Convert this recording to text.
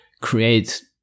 create